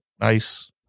nice